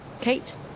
Kate